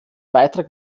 beitrag